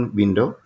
window